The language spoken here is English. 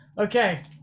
Okay